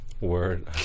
Word